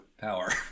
power